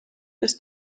ist